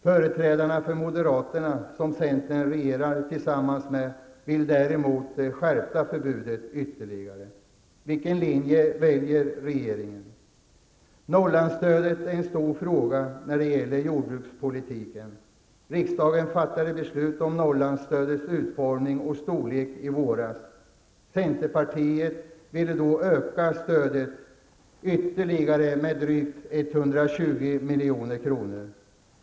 Företrädare för moderaterna, som centern regerar tillsammans med, vill däremot skärpa förbudet ytterligare. Vilken linje väljer regeringen? Norrlandsstödet är en stor fråga när det gäller jordbrukspolitiken. Riksdagen fattade beslut om Centerpartiet ville då öka stödet ytterligare med drygt 120 milj.kr.